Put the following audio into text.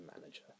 manager